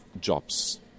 jobs